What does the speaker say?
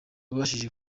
yabashije